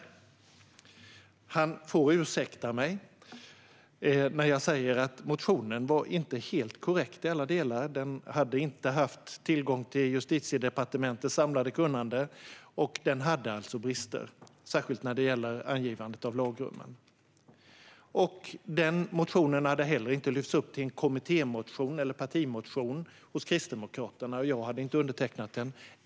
Han får ursäkta mig när jag säger att motionen inte var helt korrekt i alla delar. Lars-Axel Nordell hade inte haft tillgång till Justitiedepartementets samlade kunnande, och motionen hade alltså brister, särskilt när det gäller angivandet av lagrummen. Den hade heller inte lyfts upp till en kommittémotion eller en partimotion hos Kristdemokraterna, och jag hade inte undertecknat den.